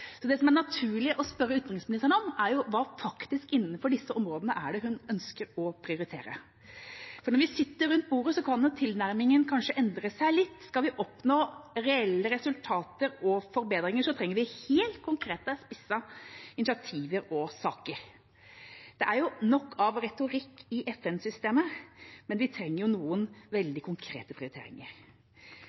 Det som det er naturlig å spørre utenriksministeren om, er hva det er innenfor disse områdene hun faktisk ønsker å prioritere. Når vi sitter rundt bordet, kan vel tilnærmingen kanskje endre seg litt. Skal vi oppnå reelle resultater og forbedringer, trenger vi helt konkrete, spissede initiativer og saker. Det er jo nok av retorikk i FN-systemet. Vi trenger noen veldig konkrete prioriteringer.